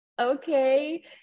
okay